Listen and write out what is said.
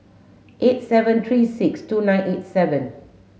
eight seven three six two nine eight seven